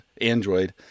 Android